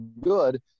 good